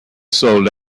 sold